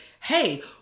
hey